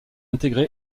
intégré